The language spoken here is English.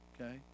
okay